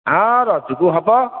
ହଁ ରଜକୁ ହେବ